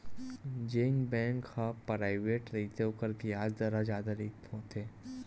जेन बेंक ह पराइवेंट रहिथे ओखर बियाज दर ह जादा होथे